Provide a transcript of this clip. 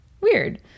Weird